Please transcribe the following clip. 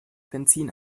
benzin